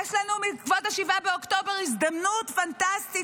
יש לנו בעקבות 7 באוקטובר הזדמנות פנטסטית